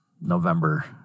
November